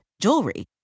jewelry